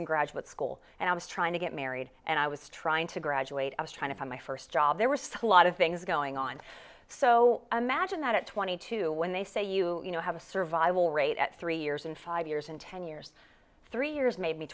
in graduate school and i was trying to get married and i was trying to graduate i was trying to find my first job there was a lot of things going on so i imagine that at twenty two when they say you have a survival rate at three years and five years and ten years three years maybe